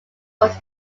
was